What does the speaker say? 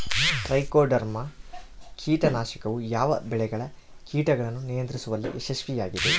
Trichoderma ಕೇಟನಾಶಕವು ಯಾವ ಬೆಳೆಗಳ ಕೇಟಗಳನ್ನು ನಿಯಂತ್ರಿಸುವಲ್ಲಿ ಯಶಸ್ವಿಯಾಗಿದೆ?